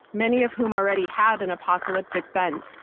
many of whom already had an apocalyptic bent,